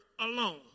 alone